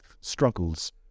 struggles